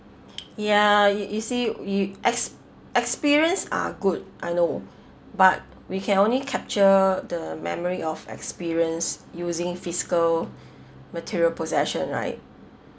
ya you you see you ex~ experience are good I know but we can only capture the memory of experience using fiscal material possession right